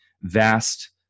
vast